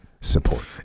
support